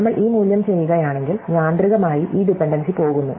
നമ്മൾ ഈ മൂല്യം ചെയ്യുകയാണെങ്കിൽ യാന്ത്രികമായി ഈ ഡിപൻഡൻസി പോകുന്നു